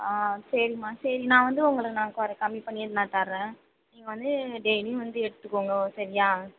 ஆ சரிமா சரி நான் வந்து உங்களுக்கு நான் குற கம்மி பண்ணியே தர்றேன் நீங்கள் வந்து டெய்லியும் வந்து எடுத்துக்கோங்க சரியா